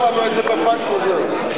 שלח לנו את זה בפקס, וזהו.